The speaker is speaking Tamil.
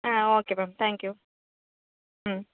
ah okay ma'am thank you ம்